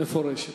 מפורשת.